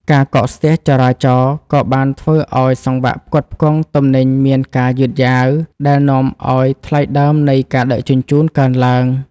ការកកស្ទះចរាចរណ៍ក៏បានធ្វើឱ្យសង្វាក់ផ្គត់ផ្គង់ទំនិញមានការយឺតយ៉ាវ ដែលនាំឱ្យថ្លៃដើមនៃការដឹកជញ្ជូនកើនឡើង។